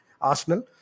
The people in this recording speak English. Arsenal